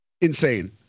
insane